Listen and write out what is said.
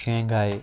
Shanghai